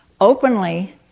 openly